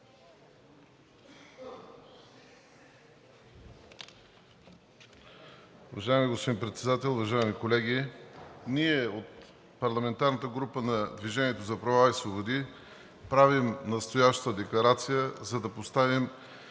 Уважаеми господин Председател, уважаеми колеги! Ние от парламентарната група на „Движение за права и свободи“ правим настоящата декларация, за да поставим